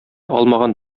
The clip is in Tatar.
алмаган